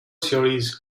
series